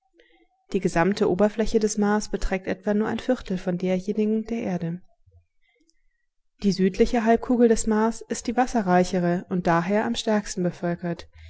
die gesamte oberfläche des mars beträgt etwa nur ein viertel von derjenigen der erde die südliche halbkugel des mars ist die wasserreichere und daher am stärksten bevölkert